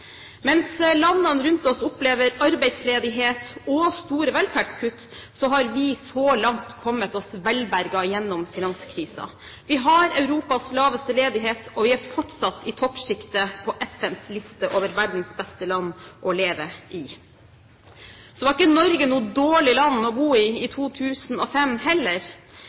Mens landene rundt oss opplever arbeidsledighet og store velferdskutt, har vi så langt kommet oss velberget gjennom finanskrisen. Vi har Europas laveste ledighet, og vi er fortsatt i toppsjiktet på FNs liste over verdens beste land å leve i. Så var ikke Norge noe dårlig land å bo i 2005, heller.